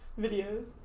videos